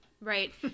Right